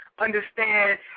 understand